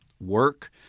work